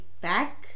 back